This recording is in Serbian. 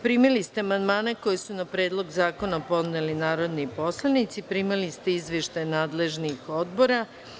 Primili ste amandmane koje su na Predlog zakona podneli narodni poslanici, primili ste izveštaj nadležnih Odbora.